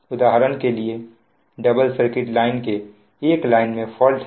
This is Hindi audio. उदाहरण के लिए डबल सर्किट लाइन के एक लाइन में फॉल्ट है